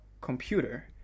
computer